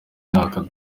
myaka